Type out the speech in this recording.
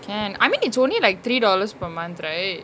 can I mean it's only like three dollars per month right